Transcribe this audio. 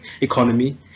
economy